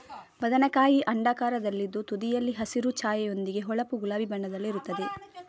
ಬದನೆಕಾಯಿ ಅಂಡಾಕಾರದಲ್ಲಿದ್ದು ತುದಿಯಲ್ಲಿ ಹಸಿರು ಛಾಯೆಯೊಂದಿಗೆ ಹೊಳಪು ಗುಲಾಬಿ ಬಣ್ಣದಲ್ಲಿರುತ್ತದೆ